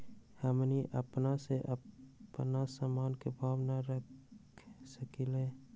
हमनी अपना से अपना सामन के भाव न रख सकींले?